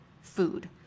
food